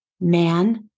man